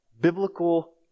biblical